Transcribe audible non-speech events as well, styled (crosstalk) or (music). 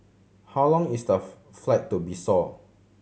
how long is the (unintelligible) flight to Bissau